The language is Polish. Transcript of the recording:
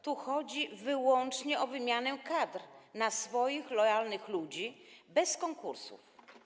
Tu chodzi wyłącznie o wymianę kadr na swoich lojalnych ludzi, bez konkursów.